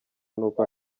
n’uko